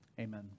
amen